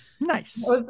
Nice